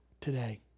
today